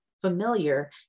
familiar